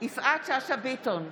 יפעת שאשא ביטון,